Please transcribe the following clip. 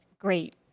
great